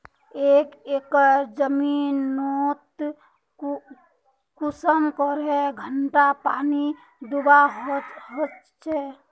एक एकर जमीन नोत कुंसम करे घंटा पानी दुबा होचए?